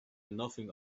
nothing